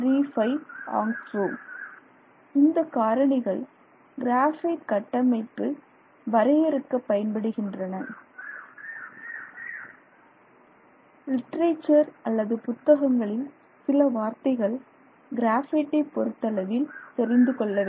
35 angstrom இந்த காரணிகள் கிராஃப்ட் கட்டமைப்பு வரையறுக்க பயன்படுகின்றன லிட்டரேச்சர் அல்லது புத்தகங்களில் சில வார்த்தைகள் கிராஃபைட்டை பொறுத்தளவில் தெரிந்து கொள்ள வேண்டும்